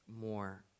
more